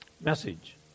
message